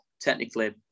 Technically